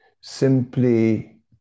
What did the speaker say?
simply